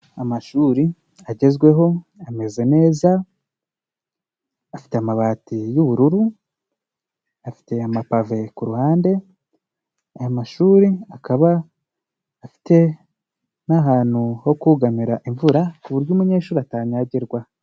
Amashuri agezweho ameze neza afite amabati y'ubururu afite amapave kuruhande aya mashuri akaba afite n'ahantu ho kugamira imvura kuburyo umunyeshuri atanyagirwa.